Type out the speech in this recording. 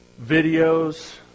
videos